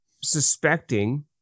suspecting